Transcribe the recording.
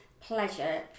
Pleasure